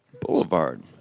Boulevard